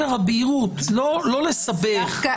לא לסבך.